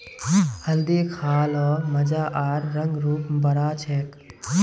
हल्दी खा ल मजा आर रंग रूप बढ़ा छेक